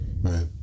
Right